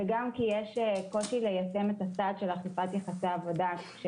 וגם כי יש קושי ליישם את הצעד של אכיפת יחסי עבודה.